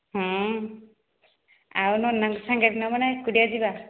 ହଁ ଆଉ ନନାଙ୍କୁ ସାଙ୍ଗରେ ନେବା ନା ଏକୁଟିଆ ଯିବା